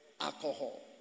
alcohol